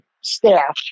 staff